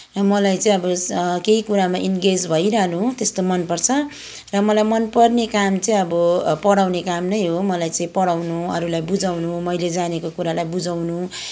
र मलाई चाहिँ अब केही कुरामा इन्गेज भइरहनु त्यस्तो मनपर्छ र मलाई मनपर्ने काम चाहिँ अब पढाउने काम नै हो मलाई चाहिँ पढाउनु अरूलाई बुझाउनु मैले जानेको कुरालाई बुझाउनु